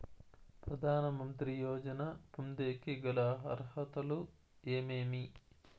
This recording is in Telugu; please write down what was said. ప్రధాన మంత్రి యోజన పొందేకి గల అర్హతలు ఏమేమి?